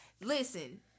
listen